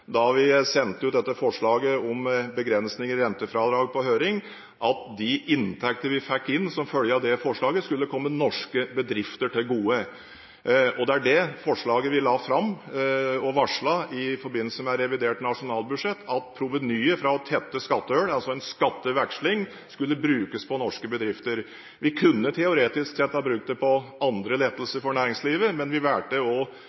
på at de inntekter vi fikk inn som følge av det forslaget, skulle komme norske bedrifter til gode. Det er det forslaget vi la fram og varslet i forbindelse med revidert nasjonalbudsjett, at provenyet fra å tette skattehull, altså en skatteveksling, skulle brukes på norske bedrifter. Vi kunne teoretisk sett ha brukt det på andre